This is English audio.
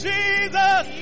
Jesus